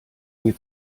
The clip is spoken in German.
mir